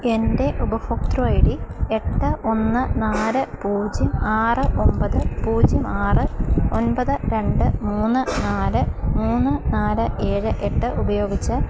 എൻ്റെ ഉപഭോക്തൃ I D എട്ട് ഒന്ന് നാല് പുജ്യം ആറ് ഒമ്പത് പുജ്യം ആറ് ഒന്പത് രണ്ട് മൂന്ന് നാല് മൂന്ന് നാല് ഏഴ് എട്ട് ഉപയോഗിച്ച്